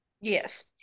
Yes